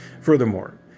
Furthermore